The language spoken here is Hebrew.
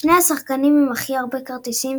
שני השחקנים עם הכי הרבה כרטיסים